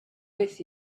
with